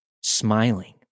smiling